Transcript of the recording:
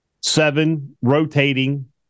seven-rotating